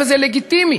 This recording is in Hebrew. וזה לגיטימי.